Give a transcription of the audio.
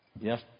yes